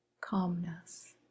calmness